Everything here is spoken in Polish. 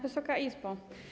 Wysoka Izbo!